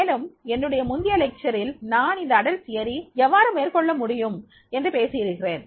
மேலும் என்னுடைய முந்திய அமர்வில்நான் இந்த பெரியவர் கோட்பாடு எவ்வாறு மேற்கொள்ள முடியும் என்று பேசியிருக்கிறேன்